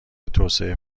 توسعه